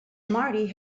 marty